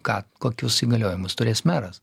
ką kokius įgaliojimus turės meras